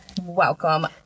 welcome